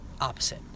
opposite